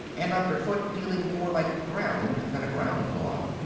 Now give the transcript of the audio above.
and underfoot feeling more like ground than a ground cloth,